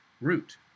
root